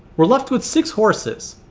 we're left with six horses.